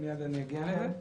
מיד אגיע לזה.